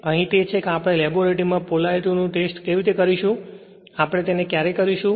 અહીં તે છે કે આપણે લેબોરેટરીમાં પોલેરિટીનું ટેસ્ટ કેવી રીતે કરીશું આપણે તેને ક્યારે કરીશું